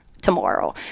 tomorrow